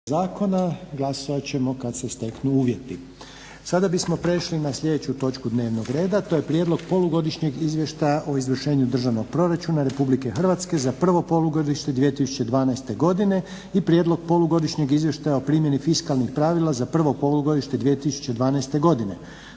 **Reiner, Željko (HDZ)** Sada bismo prešli na sljedeću točku dnevnog reda. To je - Prijedlog polugodišnjeg izvještaja o izvršenju Državnog proračuna Republike Hrvatske za prvo polugodište 2012. godine i Prijedlog polugodišnjeg izvještaja o primjeni fiskalnih pravila za prvo polugodište 2012. godine